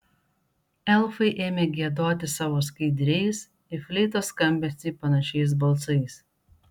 elfai ėmė giedoti savo skaidriais į fleitos skambesį panašiais balsais